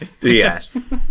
Yes